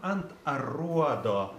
ant aruodo